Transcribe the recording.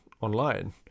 online